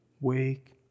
wake